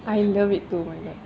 I love it too oh my god